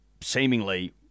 seemingly